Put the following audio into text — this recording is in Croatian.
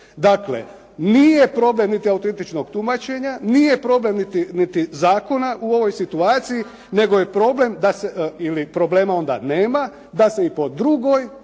Dakle, nije problem niti autentičnog tumačenja, nije problem niti zakona u ovoj situaciji, nego je problem, ili problema onda nema, da se i po drugoj